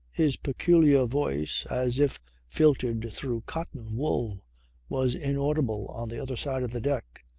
his peculiar voice, as if filtered through cotton-wool was inaudible on the other side of the deck.